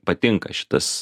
patinka šitas